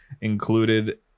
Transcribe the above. included